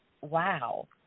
wow